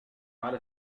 على